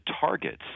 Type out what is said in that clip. targets